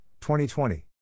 2020